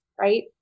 right